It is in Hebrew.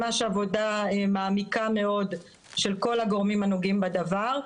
ממש עבודה מעמיקה מאוד של כל הגורמים הנוגעים בדבר.